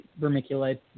vermiculite